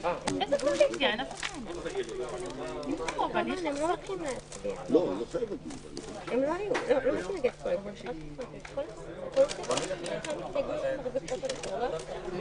12:33.